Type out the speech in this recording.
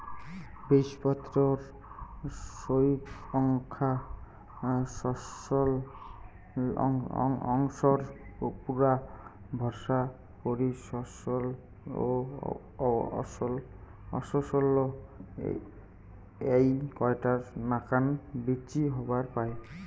বীজপত্রর সইঙখা শস্যল অংশর উপুরা ভরসা করি শস্যল ও অশস্যল এ্যাই কয়টার নাকান বীচি হবার পায়